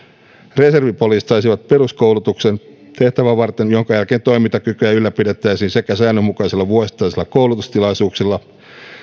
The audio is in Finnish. reservipoliisit saisivat peruskoulutuksen tehtävää varten jonka jälkeen toimintakykyä ylläpidettäisiin säännönmukaisilla vuosittaisilla koulutustilaisuuksilla